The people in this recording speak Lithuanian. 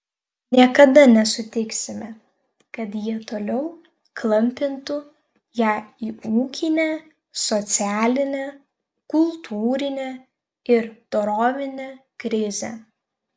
niekada nesutiksime kad jie toliau klampintų ją į ūkinę socialinę kultūrinę ir dorovinę krizę